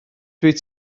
dwyt